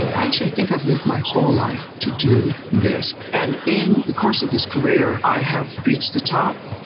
i think i've lived my whole life to do this, and in the course of this career, i have reached the top.